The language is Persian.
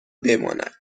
بماند